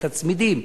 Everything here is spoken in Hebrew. את הצמידים,